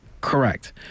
Correct